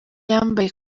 yambaye